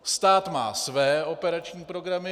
Stát má své operační programy.